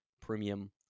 premium